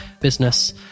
business